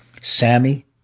Sammy